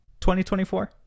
2024